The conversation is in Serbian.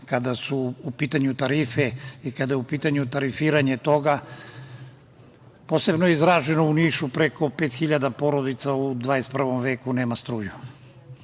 Kada su u pitanju tarife i kada je u pitanju tarifiranje toga. Posebno je izraženo u Nišu. Preko 5.000 porodica u 21. veku nema struju.